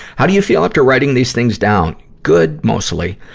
how do you feel after writing these things down? good, mostly.